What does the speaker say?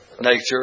nature